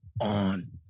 on